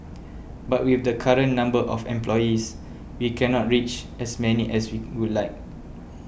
but with the current number of employees we cannot reach as many as we would like